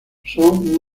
son